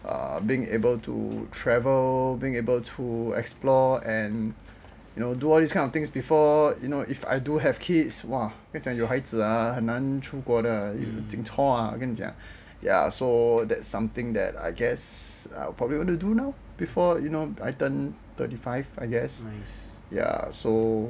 being able to travel being able to explore and you know do all these kind of things before you know if I do have kids !wah! 有孩子很难出国的 chor ah so ya that's something that I guess I'll probably want to do now before you know I turn thirty five I guess ya so